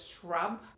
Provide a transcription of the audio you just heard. shrub